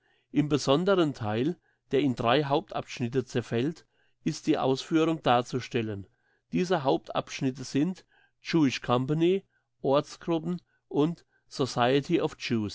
im besonderen theil der in drei hauptabschnitte zerfällt ist die ausführung darzustellen diese hauptabschnitte sind jewish company ortsgruppen und society